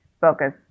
focus